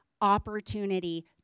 opportunity